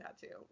tattoo